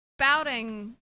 spouting